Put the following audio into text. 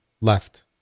left